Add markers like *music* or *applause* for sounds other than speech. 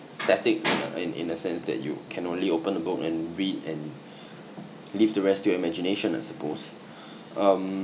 static uh in a sense that you can only open the book and read and *breath* leave the rest to your imagination I suppose *breath* um